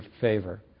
favor